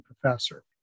professor